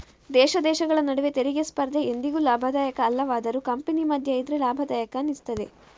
ದೇಶ ದೇಶಗಳ ನಡುವೆ ತೆರಿಗೆ ಸ್ಪರ್ಧೆ ಎಂದಿಗೂ ಲಾಭದಾಯಕ ಅಲ್ಲವಾದರೂ ಕಂಪನಿ ಮಧ್ಯ ಇದ್ರೆ ಲಾಭದಾಯಕ ಅನಿಸ್ತದೆ